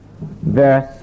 verse